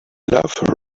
love